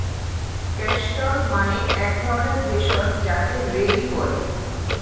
castor মানে এক ধরণের ভেষজ যাকে রেড়ি বলে